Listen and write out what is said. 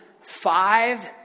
five